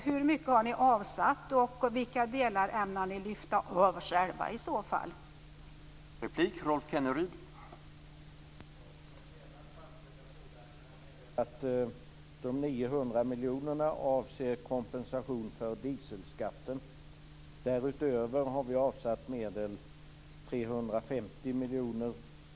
Hur mycket har ni avsatt, och vilka delar ämnar ni lyfta över själva, Rolf Kenneryd?